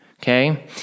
okay